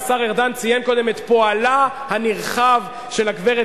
השר ארדן ציין קודם את פועלה הנרחב של הגברת